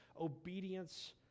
obedience